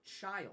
child